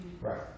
Right